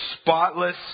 spotless